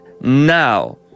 now